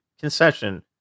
concession